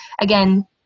again